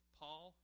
paul